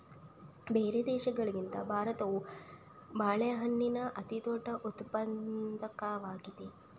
ಬೇರೆ ದೇಶಗಳಿಗಿಂತ ಭಾರತವು ಬಾಳೆಹಣ್ಣಿನ ಅತಿದೊಡ್ಡ ಉತ್ಪಾದಕವಾಗಿದೆ